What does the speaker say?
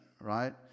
right